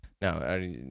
No